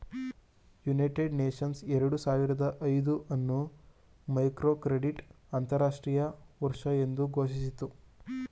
United Nations ಎರಡು ಸಾವಿರದ ಐದು ಅನ್ನು ಮೈಕ್ರೋಕ್ರೆಡಿಟ್ ಅಂತರಾಷ್ಟ್ರೀಯ ವರ್ಷ ಎಂದು ಘೋಷಿಸಿತು